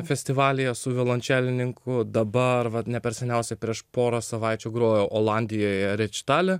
festivalyje su violončelininku dabar vat ne per seniausiai prieš porą savaičių grojo olandijoje rečitalio